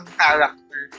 character